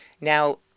Now